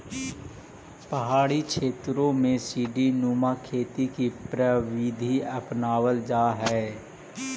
पहाड़ी क्षेत्रों में सीडी नुमा खेती की प्रविधि अपनावाल जा हई